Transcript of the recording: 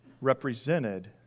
represented